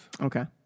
Okay